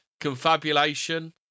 Confabulation